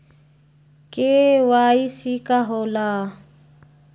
KYC का होला?